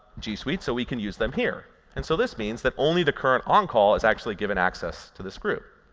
g suite so we can use them here. and so this means that only the current on-call is actually given access to this group.